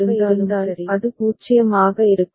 அது 0 ஆக இருந்தால் அது 0 ஆக இருக்கும்